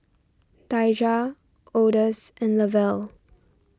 Daijah Odus and Lavelle